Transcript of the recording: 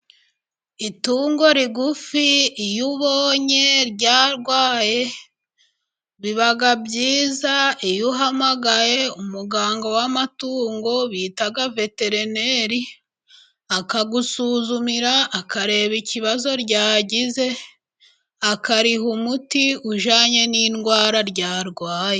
Itungo rigufi iyo ubonye ryarwaye, biba byiza iyo uhamagaye umuganga w'amatungo, bita veterineri, akagusuzumira akareba ikibazo ryagize, akariha umuti ujyanye n'indwara ryarwaye.